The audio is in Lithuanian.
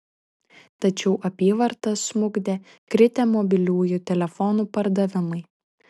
tačiau apyvartą smukdė kritę mobiliųjų telefonų pardavimai